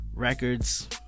Records